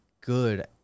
good